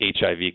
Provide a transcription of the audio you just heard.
HIV